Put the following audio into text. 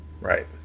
Right